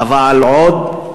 אבל עוד,